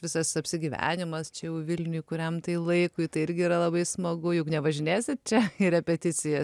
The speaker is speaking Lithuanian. visas apsigyvenimas čia jau vilniuj kuriam tai laikui tai irgi yra labai smagu juk nevažinėsit čia į repeticijas